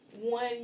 one